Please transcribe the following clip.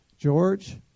George